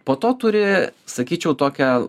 po to turi sakyčiau tokią